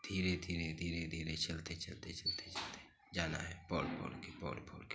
धीरे धीरे धीरे धीरे चलते चलते चलते चलते जाना है पौढ़ पौढ़ के पौढ़ पौढ़ के